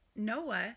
Noah